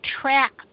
track